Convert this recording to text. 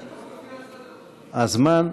זה לא לפי הסדר, אדוני.